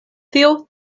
tio